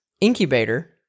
incubator